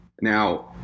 Now